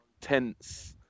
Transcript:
tense